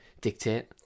dictate